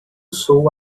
sou